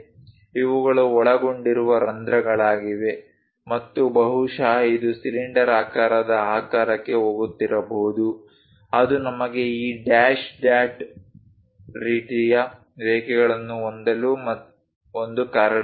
ಇವುಗಳು ಒಳಗೊಂಡಿರುವ ರಂಧ್ರಗಳಾಗಿವೆ ಮತ್ತು ಬಹುಶಃ ಇದು ಸಿಲಿಂಡರಾಕಾರದ ಆಕಾರಕ್ಕೆ ಹೋಗುತ್ತಿರಬಹುದು ಅದು ನಮಗೆ ಈ ಡ್ಯಾಶ್ ಡಾಟ್ ರೀತಿಯ ರೇಖೆಗಳನ್ನು ಹೊಂದಲು ಒಂದು ಕಾರಣವಾಗಿದೆ